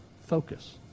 focus